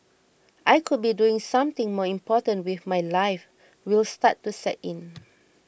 I could be doing something more important with my life will start to set in